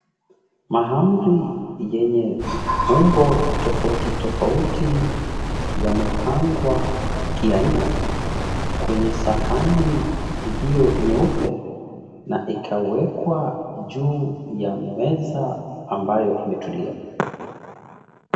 Mahamri yenye umbo tofauti tofauti, yamepangwa kiaina kwenye sahani iliyo nyeupe na ikawekwa juu ya meza ambayo imetulia.